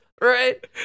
Right